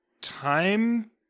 time